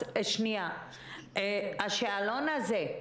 השאלון הזה,